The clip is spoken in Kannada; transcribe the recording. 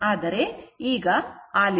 ಆದರೆ ಈಗ ಆಲಿಸಿ